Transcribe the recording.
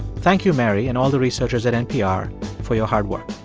thank you, mary, and all the researchers at npr for your hard work.